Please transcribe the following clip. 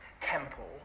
temple